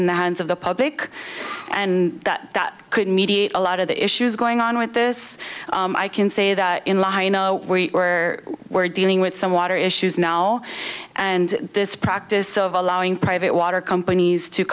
in the hands of the public and that that could mediate a lot of the issues going on with this i can say that in law you know we are we're dealing with some water issues now and this practice of allowing private water companies to